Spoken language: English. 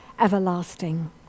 everlasting